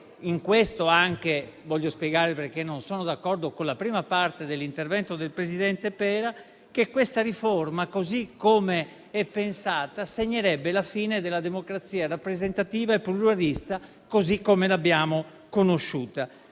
- e voglio spiegare perché non sono d'accordo con la prima parte dell'intervento del presidente Pera - che questa riforma, come è pensata, segnerebbe la fine della democrazia rappresentativa e pluralista, così come l'abbiamo conosciuta.